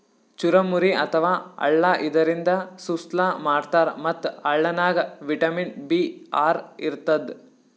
ಚುರಮುರಿ ಅಥವಾ ಅಳ್ಳ ಇದರಿಂದ ಸುಸ್ಲಾ ಮಾಡ್ತಾರ್ ಮತ್ತ್ ಅಳ್ಳನಾಗ್ ವಿಟಮಿನ್ ಬಿ ಆರ್ ಇರ್ತದ್